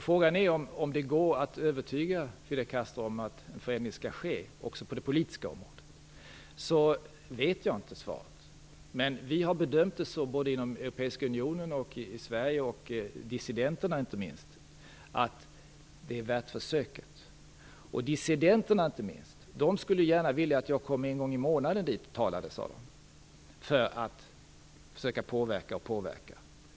Frågan är om det går att övertyga Fidel Castro om att en förändring skall ske också på det politiska området. Jag vet inte svaret. Men vi har bedömt det så inom Europeiska unionen och i Sverige, liksom även dissidenterna, att det är värt försöket. Inte minst dissidenterna skulle gärna vilja att jag kom dit en gång i månaden och talade, sade de, för att försöka påverka om och om igen.